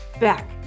back